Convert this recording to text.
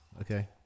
Okay